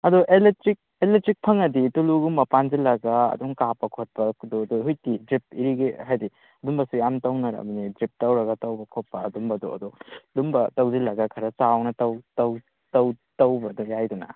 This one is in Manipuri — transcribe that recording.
ꯑꯗꯣ ꯏꯂꯦꯛꯇ꯭ꯔꯤꯛ ꯏꯂꯦꯛꯇ꯭ꯔꯤꯛ ꯐꯪꯉꯗꯤ ꯇꯨꯜꯂꯨꯒꯨꯝꯕ ꯄꯥꯟꯁꯤꯜꯂꯒ ꯑꯗꯨꯝ ꯀꯥꯞꯄ ꯈꯣꯠꯄ ꯑꯗꯨ ꯑꯗꯨ ꯍꯧꯖꯤꯛꯇꯤ ꯗ꯭ꯔꯤꯐ ꯏꯔꯤꯒꯦꯠ ꯍꯥꯏꯗꯤ ꯑꯗꯨꯝꯕꯁꯦ ꯌꯥꯝ ꯇꯧꯅꯔꯝꯅꯦ ꯗ꯭ꯔꯤꯐ ꯇꯧꯔꯒ ꯇꯧꯕ ꯈꯣꯠꯄ ꯑꯗꯨꯝꯕꯗꯣ ꯑꯗꯣ ꯑꯗꯨꯝꯕ ꯇꯧꯁꯤꯜꯂꯒ ꯈꯔ ꯆꯥꯎꯅ ꯇꯧ ꯇꯧ ꯇꯧ ꯇꯧꯕꯗꯣ ꯌꯥꯏꯗꯅ